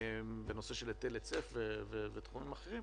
בנושא של היטל היצף ותחומים אחרים